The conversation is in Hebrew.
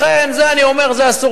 לכן, אני אומר, זה ה"סור